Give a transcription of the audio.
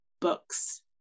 books